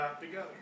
together